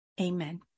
Amen